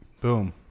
Boom